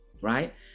right